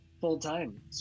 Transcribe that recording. full-time